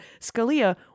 Scalia